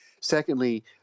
Secondly